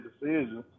decisions